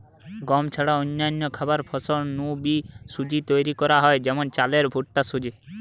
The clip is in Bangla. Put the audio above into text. গম ছাড়া অন্যান্য খাবার ফসল নু বি সুজি তৈরি করা হয় যেমন চালের ভুট্টার সুজি